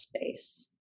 space